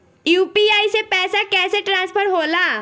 UPI से पैसा कैसे ट्रांसफर होला?